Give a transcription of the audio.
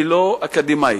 ולא אקדמית.